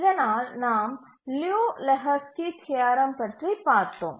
இதனால் நாம் லியு லெஹோஸ்கி தியரம் பற்றி பார்த்தோம்